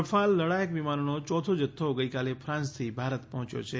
Rafale લડાયક વિમાનોનો ચોથો જથ્થો ગઈકાલે ફાન્સથી ભારત પહોંચ્યો છે